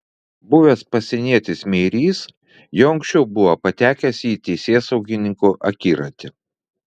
buvęs pasienietis meirys jau anksčiau buvo patekęs į teisėsaugininkų akiratį